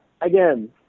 again